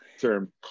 term